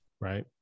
Right